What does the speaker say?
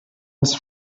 was